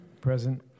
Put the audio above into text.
Present